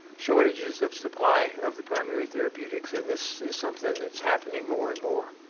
shortages of supply of the primary therapeutics and this is something that's happening more and more.